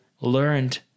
learned